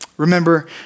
Remember